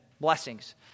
blessings